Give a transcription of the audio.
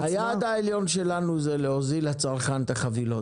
--- היעד העליון שלנו הוא להוזיל לצרכן את החבילות.